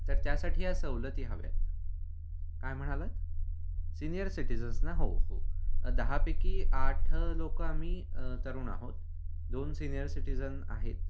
तर त्यासाठी या सवलती हव्या आहेत काय म्हणालात सीनियर सिटीजन्स ना हो हो दहापैकी आठ लोक आम्ही तरुण आहोत दोन सीनियर सिटीजन आहेत